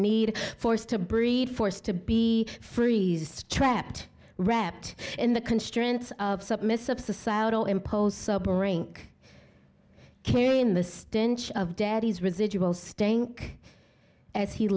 need force to breed forced to be free trapped wrapped in the constraints of submissive societal impulse sobering carry in the stench of daddy's residual stank as he